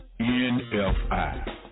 NFI